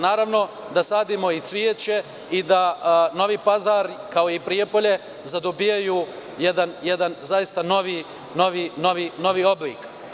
Naravno, da sadimo i cveće i da Novi Pazar, kao i Prijepolje, zadobijaju jedan novi oblik.